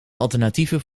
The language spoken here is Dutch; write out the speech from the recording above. alternatieven